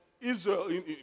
Israel